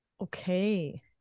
okay